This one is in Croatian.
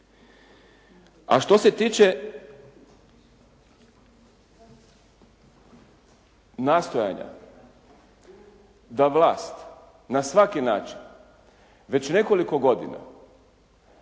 A što se tiče nastojanja da vlast na svaki način, već nekoliko godina